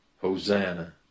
Hosanna